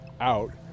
out